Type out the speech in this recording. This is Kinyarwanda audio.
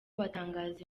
batangaza